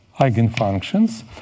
eigenfunctions